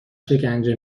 شکنجه